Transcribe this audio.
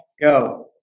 go